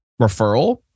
referral